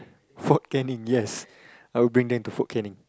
Fort Canning yes I'll bring them to Fort Canning